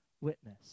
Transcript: witness